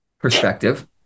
perspective